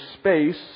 space